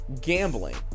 gambling